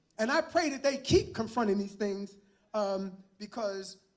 and i pray that they keep confronting these things um because